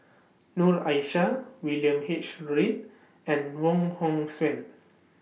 Noor Aishah William H Read and Wong Hong Suen